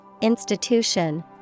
institution